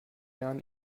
jahren